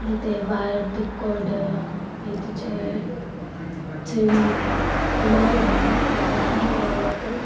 તે વાળ તે કોઢ ભીત છે જેવી બીમારી હતી એ બધાનું એ લોકો